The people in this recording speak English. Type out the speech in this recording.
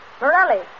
Morelli